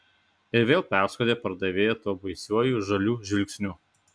ir vėl perskrodė pardavėją tuo baisiuoju žaliu žvilgsniu